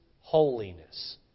holiness